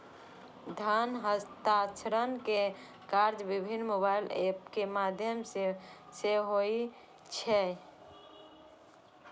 धन हस्तांतरण के काज विभिन्न मोबाइल एप के माध्यम सं सेहो होइ छै